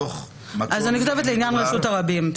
אני כותבת "לעניין רשות הרבים".